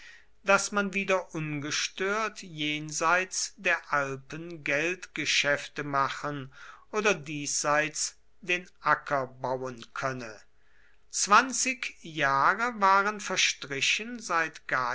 daß man wieder ungestört jenseits der alpen geldgeschäfte machen oder diesseits den acker bauen könne zwanzig jahre waren verstrichen seit